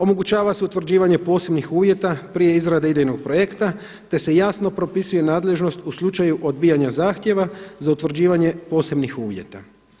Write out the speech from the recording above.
Omogućava se utvrđivanje posebnih uvjeta prije izrade idejnog projekta, te se jasno propisuje nadležnost u slučaju odbijanja zahtjeva za utvrđivanje posebnih uvjeta.